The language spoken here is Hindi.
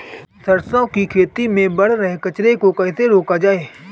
सरसों की खेती में बढ़ रहे कचरे को कैसे रोका जाए?